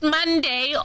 Monday